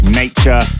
nature